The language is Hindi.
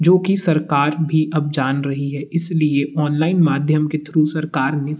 जो कि सरकार भी अब जान रही है इस लिए ऑनलाइन माध्यम के थ्रू सरकार ने